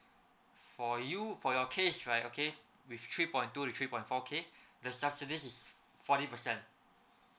for you for your case right okay with three point to three point four K the subsidies is fourty percent